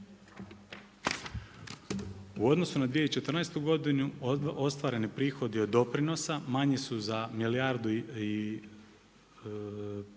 U odnosu na 2014. godinu ostvareni prihodi od doprinosa manji su za milijardu i